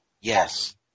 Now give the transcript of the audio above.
Yes